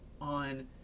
on